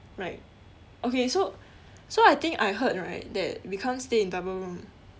right okay so so I think I heard right that we can't stay in double room